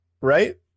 right